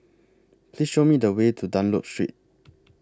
Please Show Me The Way to Dunlop Street